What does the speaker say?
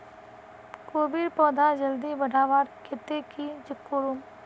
कोबीर पौधा जल्दी बढ़वार केते की करूम?